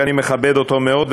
ואני מכבד אותו מאוד,